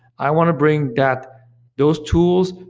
i want to bring that those tools,